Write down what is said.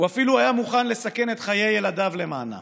הוא אפילו היה מוכן לסכן את חיי ילדיו למענה.